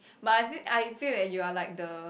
but I feel I can feel that you're like the